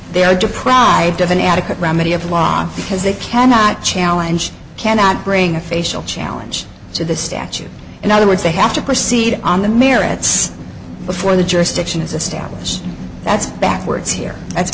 they are deprived of an adequate remedy of long because they cannot challenge cannot bring a facial challenge to the statute in other words they have to proceed on the merits before the jurisdiction is established that's backwards here that's